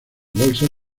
bolsas